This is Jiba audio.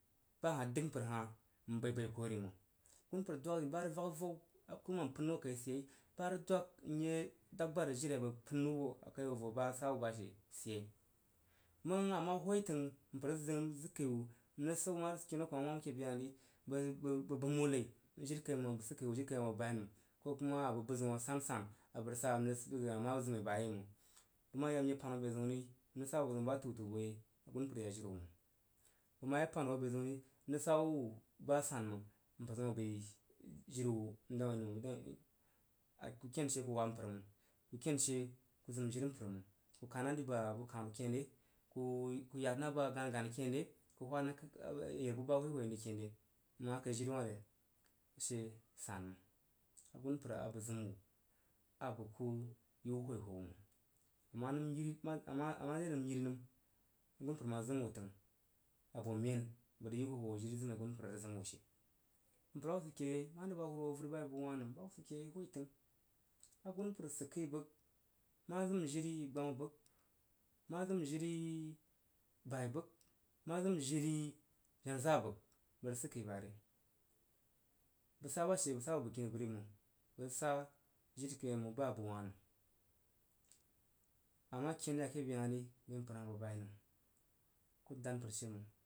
Ba hah dəg mpər hah i bəi fam kori məng. agunpər dwag, sarí vak avau akuruman pən wo kei sid yei ba rig dwag n ye dab gbar jiri abəg rig pən wo kai a vo ba she bid yei, məng a ma whoi təng mpər rig zim wuin bəg rig jikkgi wu n rig sid ama sik wam ake be hah rí bəg bəg bum wu nai jiri kai məng bəg rig sikkəg, jiri kai məng a bəg bai nəm ko ku ma abəg bə zəun asansan arig sa n rig sikkəi wu nəm ama kuma zim ba yei məng bəg ma yale n ye pan wo be zəun ri n rig sa wu bu zəun ba təu təu agunpər ya jiri wu məng, bəg ma ye pan wo b zəun ri n rig sa wu buzəun ba san məng mpər zəun a bəi jiri wu n dang wuin kai bəg ddang wui a ken she ku wab mpər məng ku ken she ku zim jiri mpər məng ku kan na dri ba bu kannu kenre ku yad na dri ba gani gani kenre ku hwu na dri ba ayarbu awhoi ken re. Məng a kaì jiri wah re? A she san məng agunpər a bəg zim wu a bəg ku yi wu hwo hwo məng a ma nəm yiri amare nəm yirinəm agunpər ma zim wu təng abo men bəg rig yi wu hwo hwo jiri zim a gunpər rig zim wu she mpər ba hub sid ke yei, mare bahuruhwohwo avəri ba i bəg wah nəm agunpər sikkəi bəg mazim jiri gbama bəg ma zim jir bai bəg ma zim jiri jana za’a bəg bəg rig sikkəi ba re. Bəg sa ba she bə sa ba she bəg sa bo bəgkini bəgri məng ba rig sa jiri ba a bəg wah nəm a ma ken ya ke be hah ri bəi mpər hah bəg bai nəm. Inda a bəg rig shaa.